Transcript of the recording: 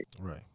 Right